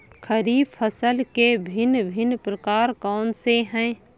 खरीब फसल के भिन भिन प्रकार कौन से हैं?